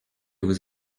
vous